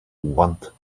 want